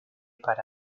para